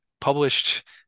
published